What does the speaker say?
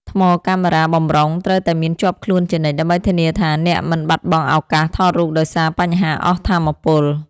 ថ្មកាមេរ៉ាបម្រុង ត្រូវតែមានជាប់ខ្លួនជានិច្ច ដើម្បីធានាថាអ្នកមិនបាត់បង់ឱកាសថតរូបដោយសារបញ្ហាអស់ថាមពល។